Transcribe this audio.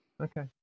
Okay